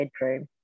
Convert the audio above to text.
bedroom